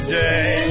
day